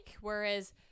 whereas